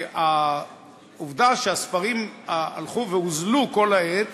העובדה שהספרים הלכו והוזלו כל העת